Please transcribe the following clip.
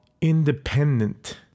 independent